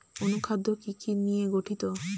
অনুখাদ্য কি কি নিয়ে গঠিত?